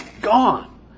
gone